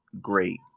great